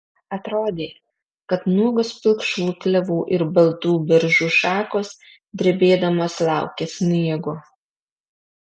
atrodė kad nuogos pilkšvų klevų ir baltų beržų šakos drebėdamos laukia sniego